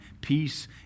peace